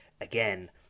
again